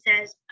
says